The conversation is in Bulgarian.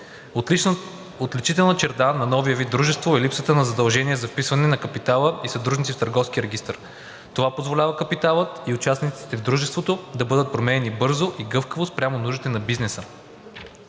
Отличителна черта на новия вид дружество е липсата на задължения за вписване на капитала и съдружници в Търговския регистър. Това позволява капиталът и участниците в дружеството да бъдат променяни бързо и гъвкаво спрямо нуждите на бизнеса.